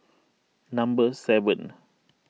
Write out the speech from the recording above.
number seven